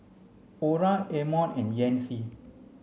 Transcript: Orah Amon and Yancy